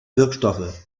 wirkstoffe